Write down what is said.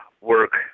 work